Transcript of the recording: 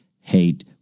hate